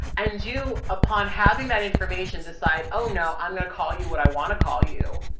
and you upon having that information decide, oh no, i'm going to call you what i want to call you.